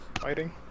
fighting